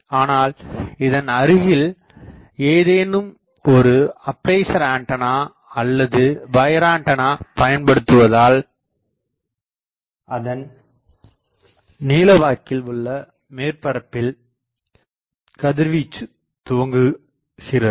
ஆனால் இதன் அருகில் ஏதேனும் ஒரு அப்பேசர் ஆண்டனா அல்லது வயர்ஆண்டனா பயன்படுத்துவதால் அதன் நீளவாக்கில் உள்ள மேற்பரப்பில் கதிர்வீச்சுத் துவங்குகிறது